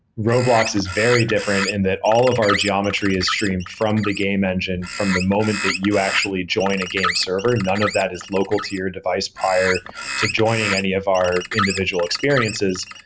roblox is very different, and that all of our geometry is streamed from the game engine from the moment that you actually join a game server. none of that is local to your device prior to joining any of our individual experiences.